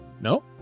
No